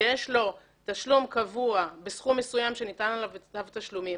שיש לו תשלום קבוע בסכום מסוים שניתן עליו צו תשלומים